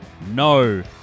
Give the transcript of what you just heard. No